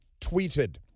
tweeted